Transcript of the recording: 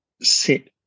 sit